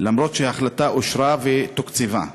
למרות שההחלטה אושרה ותוקצבה.